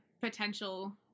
potential